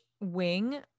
wing